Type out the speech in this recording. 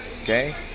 Okay